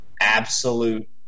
absolute